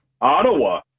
Ottawa